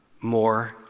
more